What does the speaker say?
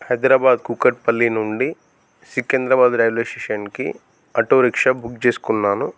హైదరాబాదు కూకట్పల్లి నుండి సికింద్రాబాద్ రైల్వే స్టేషన్కి auto rickshaw book చేసుకున్నాను